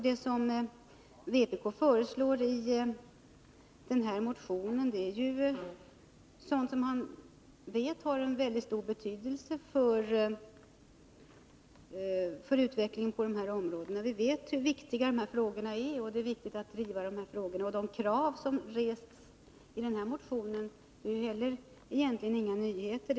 Det vpk föreslår i den aktuella motionen är sådant som vi vet har mycket stor betydelse för utvecklingen på de här områdena. Vi vet hur viktiga de här frågorna är och hur viktigt det är att man driver dem. Och de krav som rests i motionen är egentligen inga nyheter.